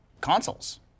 consoles